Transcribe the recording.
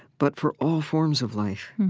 but for all forms of life.